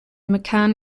mccann